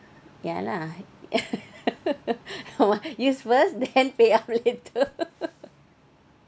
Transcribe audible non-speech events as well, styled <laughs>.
ya lah <laughs> hor use first then pay up later